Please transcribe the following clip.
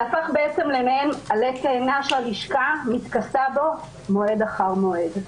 זה הפך בעצם למעין עלה תאנה שהלשכה מתכסה בו מועד אחד מועד.